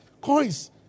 coins